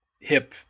hip